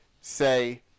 say